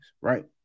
right